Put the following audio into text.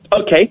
Okay